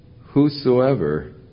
whosoever